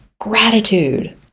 gratitude